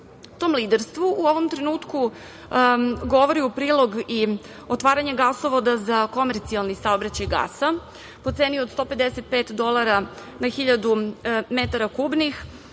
liderstvu u ovom trenutku govori u prilog i otvaranje gasovoda za komercijalni saobraćaj gasa po ceni od 155 dolara na 1.000 metara kubnih